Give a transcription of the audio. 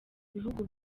bihugu